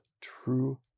true